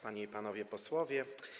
Panie i Panowie Posłowie!